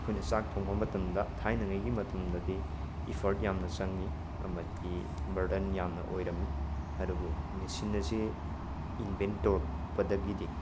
ꯑꯩꯈꯣꯏꯅ ꯆꯥꯛ ꯊꯣꯡꯕ ꯃꯇꯝꯗ ꯊꯥꯏꯅꯉꯩꯒꯤ ꯃꯇꯝꯗꯗꯤ ꯏ꯭ꯐꯔꯠ ꯌꯥꯝꯅ ꯆꯪꯏ ꯑꯃꯗꯤ ꯕꯔꯗꯟ ꯌꯥꯝꯅ ꯑꯣꯏꯔꯝꯃꯤ ꯑꯗꯨꯕꯨ ꯃꯦꯁꯤꯟ ꯑꯁꯦ ꯏꯟꯚꯦꯟ ꯇꯧꯔꯛꯄꯗꯒꯤꯗꯤ